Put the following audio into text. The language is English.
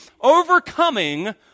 overcoming